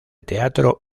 teatro